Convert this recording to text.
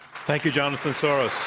thank you, jonathan soros.